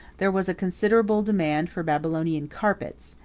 there was a considerable demand for babylonian carpets,